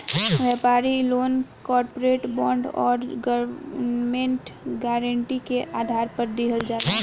व्यापारिक loan corporate bond आउर government guarantee के आधार पर दिहल जाला